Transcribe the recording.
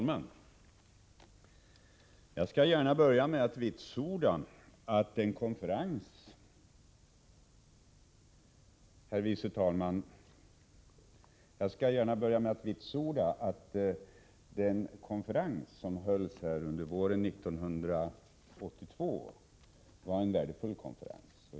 Herr talman! Jag skall gärna börja med att vitsorda att den konferens som hölls här på våren 1982 var en värdefull konferens.